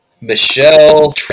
Michelle